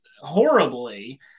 Horribly